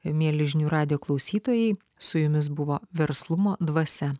mieli žinių radijo klausytojai su jumis buvo verslumo dvasia